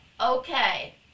okay